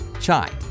chai